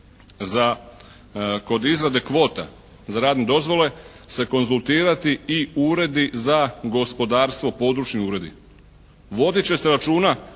kod izrade kvota za radne dozvole se konzultirati i uredi za gospodarstvo, područni uredi. Vodit će se računa,